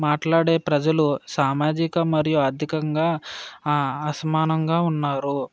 మాట్లాడే ప్రజలు సామాజిక మరియు ఆర్థికంగా ఆ అసమానంగా ఉన్నారు